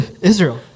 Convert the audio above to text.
Israel